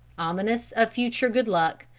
ominous of future good luck,